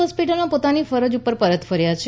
હોસ્પિટલમાં પોતાની ફરજ ઉપર પરત ફર્યા છે